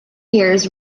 years